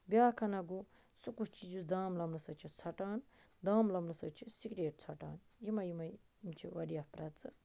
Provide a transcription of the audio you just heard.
بیٛاکھا گوٚو سُہ کُس چیٖز یُس دام لمنہٕ سۭتۍ چھُ ژوٚٹان دام لمنہٕ سۭتۍ چھُ سگریٹ ژوٚٹان یِمَے یِمَے یِم چھِ وارِیاہ پرٮ۪ژٕ